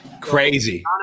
Crazy